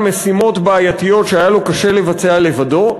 משימות בעייתיות שהיה לו קשה לבצע לבדו,